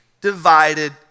divided